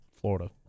Florida